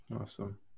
Awesome